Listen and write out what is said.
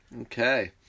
Okay